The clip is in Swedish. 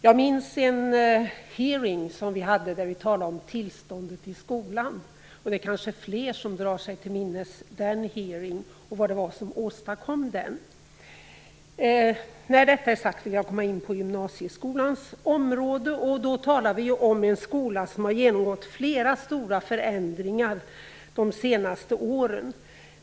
Jag minns en hearing där vi talade om tillståndet i skolan. Det är kanske fler som drar sig den hearingen till minnes och vad det var som åstadkom den. När detta är sagt vill jag komma in på gymnasieskolans område. Vi talar om en skola som har genomgått flera stora förändringar de senaste åren.